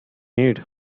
need